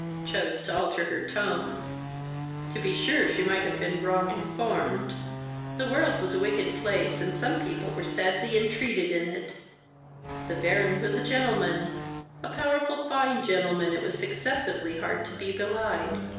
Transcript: chose to alter her tone to be sure she might have been wrong informed the world was a wicked place, and some people were sadly entreated in it the baron was a gentleman a powerful fine gentleman it was successively hard to be belied